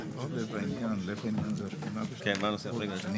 הבא הוא נושא מנגנון ההכרזה של שר הפנים